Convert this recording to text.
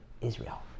Israel